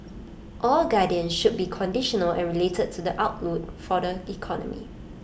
all guidance should be conditional and related to the outlook for the economy